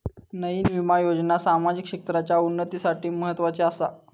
नयीन विमा योजना सामाजिक क्षेत्राच्या उन्नतीसाठी म्हत्वाची आसा